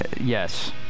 Yes